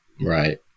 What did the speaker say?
right